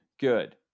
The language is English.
good